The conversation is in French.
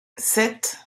sept